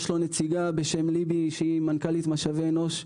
יש לו נציגה בשם ליבי שהיא מנכ"לית משאבי אנוש,